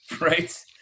right